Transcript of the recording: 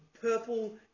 purple